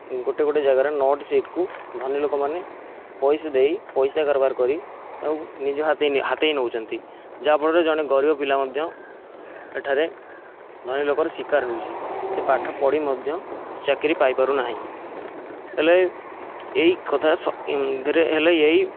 ଗୋଟିଏ ଗୋଟିଏ ଜାଗାରେ ନଅଟି ସିଟ୍କୁ ଧନୀ ଲୋକମାନେ ପଇସା ଦେଇ ପଇସା କାରବାର କରି ଆଉ ନିଜେ ହାତେ ହାତେଇ ନେଉଛନ୍ତି ଯାହା ଫଳରେ ଜଣେ ଗରିବ ପିଲା ମଧ୍ୟ ଏଠାରେ ଧନୀ ଲୋକର ଶିକାର ହେଉଛି ସେ ପାଠ ପଢ଼ି ମଧ୍ୟ ଚାକିରୀ ପାଇପାରୁ ନାହିଁ ହେଲେ ଏଇ କଥା ହେଲେ ଏଇ